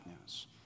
news